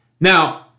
Now